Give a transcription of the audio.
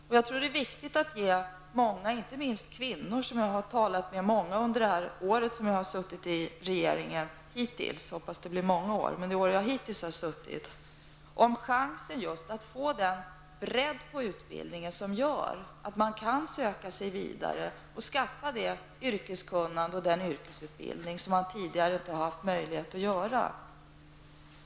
Jag tycker att det är viktigt att ge många, inte minst kvinnor -- jag har talat med många kvinnor under det år som jag har suttit i regeringen hittills, jag hoppas att det blir många år -- om chansen att få bredda sin utbildning, vilket gör att de kan söka sig vidare och skaffa det yrkeskunnande och den yrkesutbildning som de tidigare inte haft möjlighet att få.